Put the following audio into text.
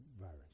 virus